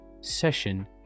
session